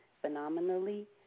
Phenomenally